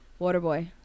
Waterboy